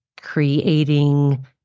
creating